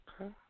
Okay